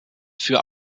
für